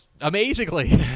amazingly